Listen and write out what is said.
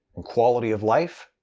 and quality of life,